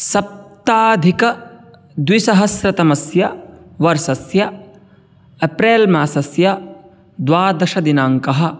सप्ताधिकद्विसहस्रतमस्य वर्षस्य अप्रेल् मासस्य द्वादशदिनाङ्कः